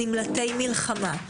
נמלטי מלחמה.